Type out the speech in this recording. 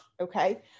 Okay